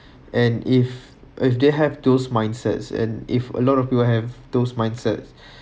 and if if they have those mindsets and if a lot of you have those mindsets